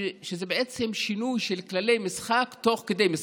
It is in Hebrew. שזה בעצם שינוי של כללי משחק תוך כדי משחק.